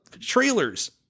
trailers